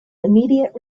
immediate